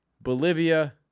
Bolivia